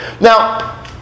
Now